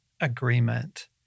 agreement